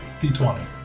D20